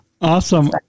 Awesome